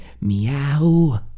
meow